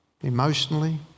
emotionally